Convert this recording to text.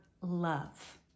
love